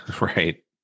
right